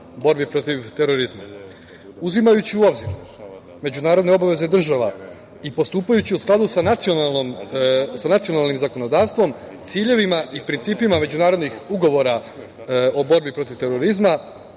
borbi protiv terorizma. Uzimajući u obzir međunarodne obaveze država i postupajući u skladu sa nacionalnim zakonodavstvom, ciljevima i principima međunarodnih ugovora o borbi protiv terorizma